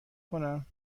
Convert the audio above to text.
کنم